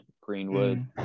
Greenwood